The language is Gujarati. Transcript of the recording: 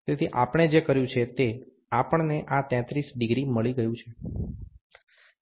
તેથી આપણે જે કર્યું છે તે આપણ ને આ 33° મળી ગયું છે